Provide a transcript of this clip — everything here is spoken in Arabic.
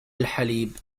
الحليب